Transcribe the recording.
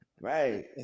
Right